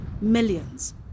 Millions